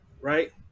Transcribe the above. right